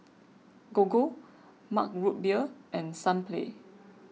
Gogo Mug Root Beer and Sunplay